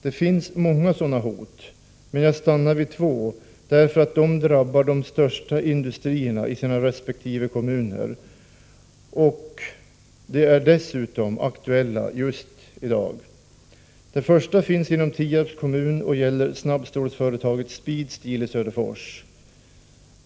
Det finns många, men jag stannar vid två, därför att de drabbar de största industrierna i sina resp. kommuner och dessutom är aktuella just i dag. Det första finns inom Tierps kommun och gäller snabbstålsföretaget Speedsteel i Söderfors.